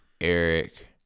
Eric